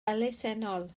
elusennol